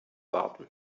warten